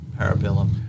Parabellum